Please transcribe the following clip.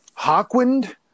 Hawkwind